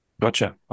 Gotcha